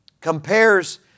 compares